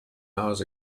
hours